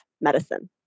medicine